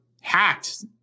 hacked